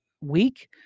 week